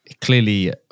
clearly